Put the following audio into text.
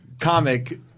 comic